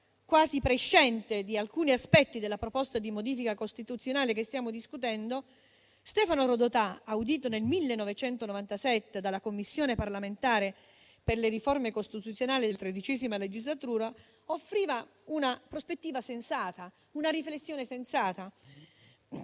quasi prescente di alcuni aspetti della proposta di modifica costituzionale che stiamo discutendo, Stefano Rodotà, audito nel 1997 dalla Commissione parlamentare per le riforme costituzionali della XIII legislatura, offriva in prospettiva una riflessione sensata: